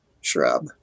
shrub